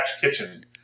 Kitchen